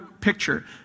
picture